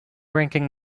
ranking